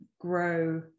grow